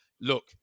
look